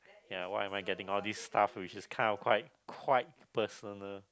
ya why am I getting all these stuff which is kind of quite quite personal